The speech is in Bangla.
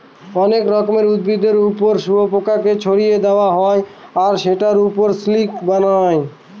অনেক রকমের উদ্ভিদের ওপর শুয়োপোকাকে ছেড়ে দেওয়া হয় আর সেটার ওপর সিল্ক বানায়